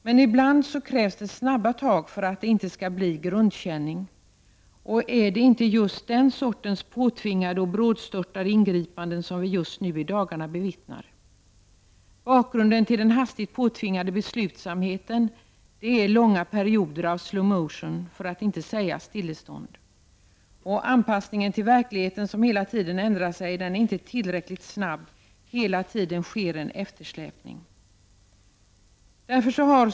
Men ibland krävs det snabba tag för att det inte skall bli grundkänning. Är det inte just den sortens påtvingade och brådstörtade ingripanden som vi just nu i dagarna bevittnar? Bakgrunden till den hastigt påtvingade beslutsamheten är långa perioder av slow motion, för att inte säga stillestånd. Anpassningen till den verklighet som ständigt ändrar sig är inte tillräcklig, och det finns hela tiden en eftersläpning.